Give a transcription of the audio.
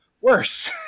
worse